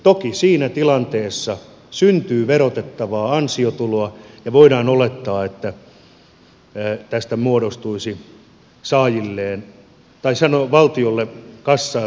toki siinä tilanteessa syntyy verotettavaa ansiotuloa ja voidaan olettaa että tästä tulisi valtion kassaan rahaa